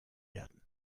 werden